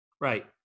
Right